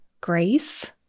Grace